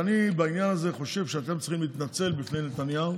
אני חושב שאתם צריכים להתנצל בפני נתניהו